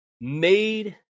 made